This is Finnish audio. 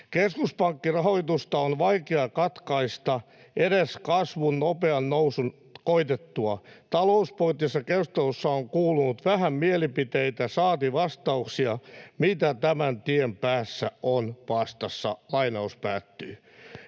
”Keskuspankkirahoitusta on vaikea katkaista edes kasvun nopean nousun koitettua. Talouspoliittisessa keskustelussa on kuulunut vähän mielipiteitä, saati vastauksia, mitä tämän tien päässä on vastassa.” Juuri näin,